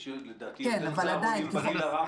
לדעתי, יש יותר צהרונים בגיל הרך.